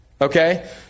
Okay